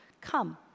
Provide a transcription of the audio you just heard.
Come